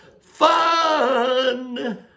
fun